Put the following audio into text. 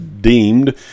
deemed